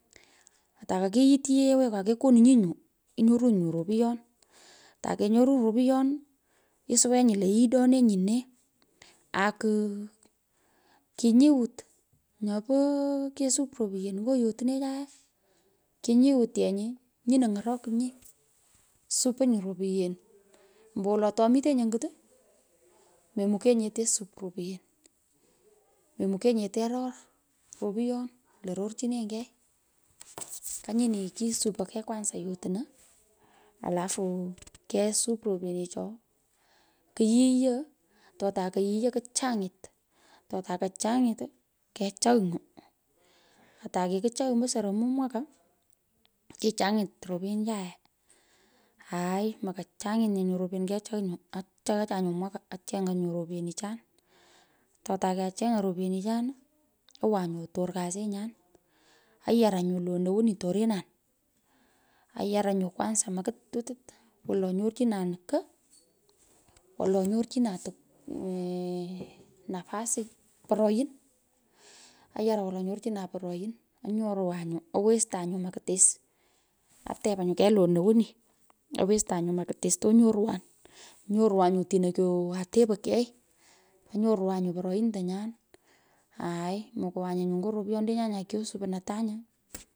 Ata kakiyityi yeee awekwa, kekeninyi, nyu inyownyi ropuyen, tokenyoruyi; ropuyen, isuwenyi lo yidonenyi nee, akuu kingiut nyopo kesup ropyen nyo yotnechoi, kinyiutyenyi nyino ny’orokinyi, supenyi ropyen ombowolo tomitenyi onyur, memokenyinye tesup ropyen. Memukenyi te to ror ropuyon lo rorchinenyi kai. Kanyini kisupoi, kei kwanza yotuno, alafu kesup repyenicho. kiyigo, kiyiyo kuchang'it totakochung’it pchagh nyu. Ata kakipchagh ombo soromo mwaka kichang’it ropyenichae, aaii mokochung’it nye nyo ropyen kepechagh nyu, apchaghach nyu mwaka acheny'a nyo ropyenichan. tota kiacheng‘an ropyenichan owan nyu otor kasinyan ayar nyu lo onowani tereman ayaran nyo kwanza makit wolo anyorchinan ko, wolo onyorchinan tuk, ee nafasi, poroin, ayara wolo nyorochinan poroin onyorwan nyu, owestan nyu makitis atepu nyu ke io ono woni owestan nyu makitis tonyorwan, onyorwan nyu otino kyowan otepei kei, anyorwan nyu porointunyan aai mokowanye nyo ropyondenyan nya kyosupon atanya.